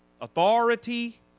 authority